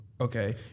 okay